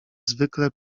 zwykle